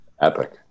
Epic